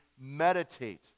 meditate